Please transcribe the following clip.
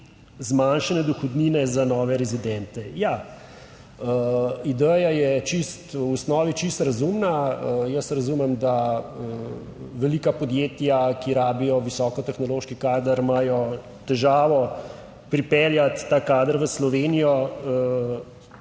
zmanjšanja dohodnine za nove rezidente. Ja, ideja je v osnovi čisto razumna. Jaz razumem, da velika podjetja, ki rabijo visoko tehnološki kader imajo težavo pripeljati ta kader v Slovenijo,